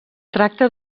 tracta